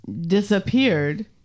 disappeared